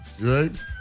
right